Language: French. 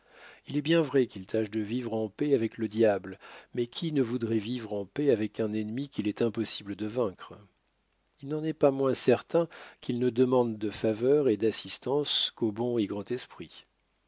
il est bien vrai qu'ils tâchent de vivre en paix avec le diable mais qui ne voudrait vivre en paix avec un ennemi qu'il est impossible de vaincre il n'en est pas moins certain qu'ils ne demandent de faveur et d'assistance qu'au bon et grand esprit